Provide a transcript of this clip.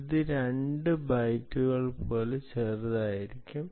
ഇത് രണ്ട് ബൈറ്റുകൾ വരെ ചെറുതായിരിക്കാം